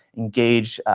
engage,